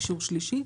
אישור שלישי.